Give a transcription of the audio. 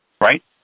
right